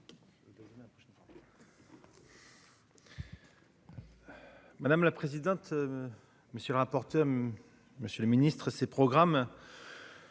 Madame la présidente, monsieur le rapporteur, monsieur le Ministre, ces programmes